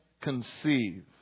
conceive